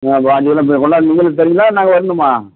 பாஞ்சு கிலோ கொண்டாந்து நீங்களே தருவீங்களா நாங்கள் வரணுமா